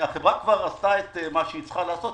החברה כבר עשתה את מה שצריכה לעשות.